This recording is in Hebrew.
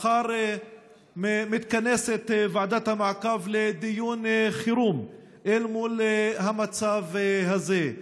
מחר מתכנסת ועדת המעקב לדיון חירום אל מול המצב הזה.